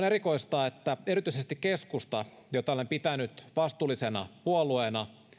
erikoista että erityisesti keskusta jota olen pitänyt vastuullisena puolueena